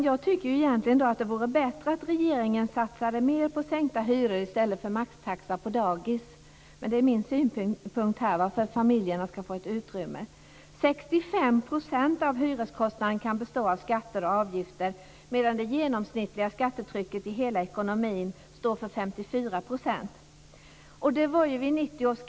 Jag tycker egentligen att det vore bättre att regeringen satsade på sänkta hyror i stället för maxtaxa på dagis för att familjerna skall få ett bättre utrymme. Men det är min synpunkt. 65 % av hyreskostnaden kan bestå av skatter och avgifter, medan det genomsnittliga skattetrycket i hela ekonomin är 54 %.